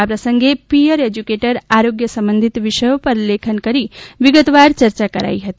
આ પ્રસંગે peer educator આરોગ્યસંબંધિત વિષયો પર લેખન કરી વિગતવાર યર્ચા કરાઇ હતી